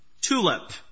TULIP